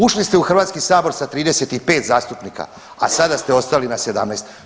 Ušli ste u Hrvatski sabor sa 35 zastupnika, a sada ste ostali na 17.